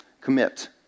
commit